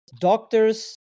doctors –